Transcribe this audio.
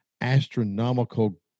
astronomical